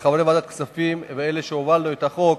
כחברי ועדת הכספים ואלה שהובילו את החוק,